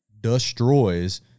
destroys –